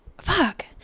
Fuck